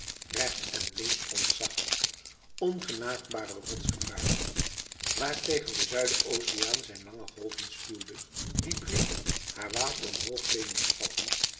rechts en links ontzaglijke ongenaakbare rotsgevaarten waartegen de zuideroceaan zijn lange golven stuwde die brekend haarwater omhoog deden spatten